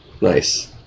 nice